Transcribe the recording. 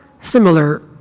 similar